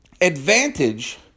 advantage